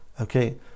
Okay